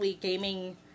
gaming